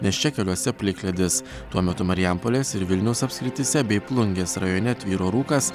nes čia keliuose plikledis tuo metu marijampolės ir vilniaus apskrityse bei plungės rajone tvyro rūkas